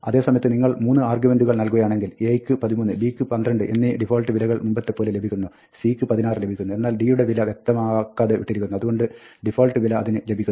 അതേസമയത്ത് നിങ്ങൾ 3 ആർഗ്യുമെന്റുകൾ നൽകുകയാണെങ്കിൽ a യ്ക്ക് 13 b യ്ക്ക് 12 എന്നീ ഡിഫാൾട്ട് വിലകൾ മുമ്പത്തെപോലെ ലഭിക്കുന്നു c യ്ക്ക് 16 ലഭിക്കുന്നു എന്നാൽ d യുടെ വില വ്യക്തമാക്കാതെ വിട്ടിരിക്കുന്നു അതുകൊണ്ട് ഡിഫാൾട്ട് വില അതിന് ലഭിക്കുന്നു